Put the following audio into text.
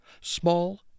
Small